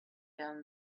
down